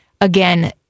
Again